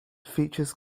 features